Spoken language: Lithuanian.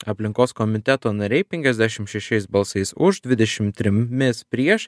aplinkos komiteto nariai penkiasdešim šešiais balsais už dvidešim trimis prieš